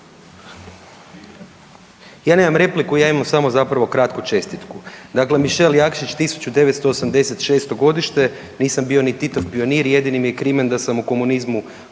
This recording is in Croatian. Ja nemam repliku ja imam samo zapravo kratku čestitku. Dakle, Mišel Jakšić 1986., nisam bio ni Titov pionir jedini mi je krimen da sam u komunizmu